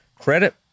credit